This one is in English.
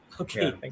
Okay